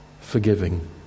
forgiving